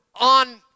on